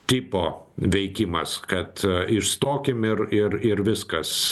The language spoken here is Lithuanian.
tipo veikimas kad išstokim ir ir ir viskas